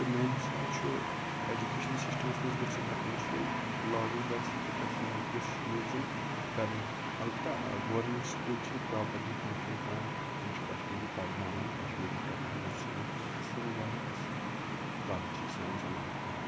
تہٕ میانہِ حِساب چھُ ایٚجُکیشَن سِشٹَمَس مَنٛز گَژھِ یہِ ہر کُنہِ جایہِ لاگوٗ گَژھُن کہِ کَشمیٖری گَژھِ یوٗز یُن کَرنہٕ اَلبتہ گورمیٚنٹ سکوٗل چھ پروپَرلی فَنٛگشَن کَران تِم چھِ کَشمیٖری پَرناوان کَشمیٖری کَران یُس زَن اکھ اصل واریاہ اصل کتھ چھِ سانہِ سَماجہِ خٲطرٕ